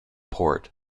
port